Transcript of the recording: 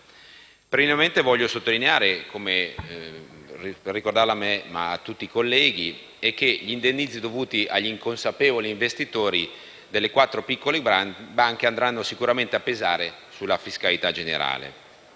preliminarmente sottolineare, ricordandolo a me e a tutti i colleghi, che gli indennizzi dovuti agli inconsapevoli investitori delle quattro piccole banche andranno sicuramente a pesare sulla fiscalità generale.